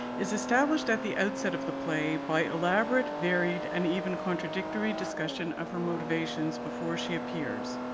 is established at the outset of the play by elaborate, varied and even contradictory discussion of her motivations before she appears.